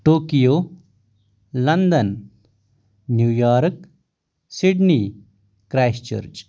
Tokyo London New York Sydney کرایسٹ church